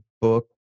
book